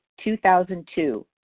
2002